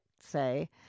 say –